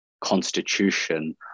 constitution